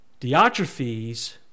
Diotrephes